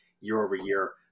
year-over-year